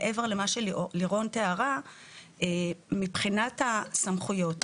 מעבר למה שלירון תיארה מבחינת הסמכויות.